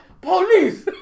Police